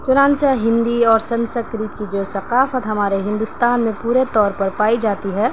چنانچہ ہندی اور سنسکرت کی جو ثقافت ہمارے ہندوستان میں پورے طور پر پائی جاتی ہے